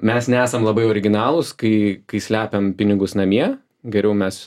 mes nesam labai originalūs kai kai slepiam pinigus namie geriau mes